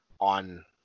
on